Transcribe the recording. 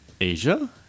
Asia